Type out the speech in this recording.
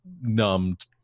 numbed